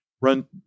run